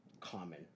common